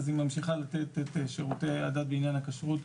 אז היא ממשיכה לתת את שירותי הדת בעניין הכשרות.